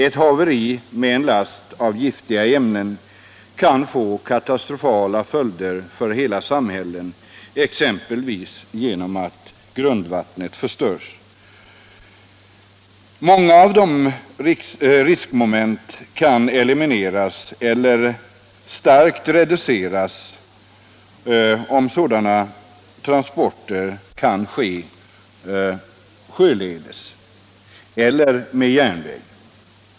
Ett haveri med en last av giftiga ämnen kan få katastrofala följder för hela samhällen, exempelvis genom att grundvattnet förstörs. Många av dessa riskmoment kan elimineras eller starkt reduceras om sådana transporter kan ske sjöledes eller med järnväg.